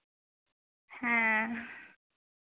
ᱦᱮᱸ